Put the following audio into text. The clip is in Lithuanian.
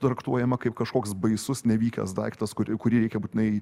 traktuojama kaip kažkoks baisus nevykęs daiktas kurį kurį reikia būtinai